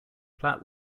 platt